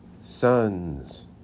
sons